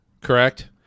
correct